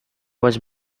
was